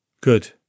Good